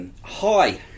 hi